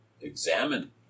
examine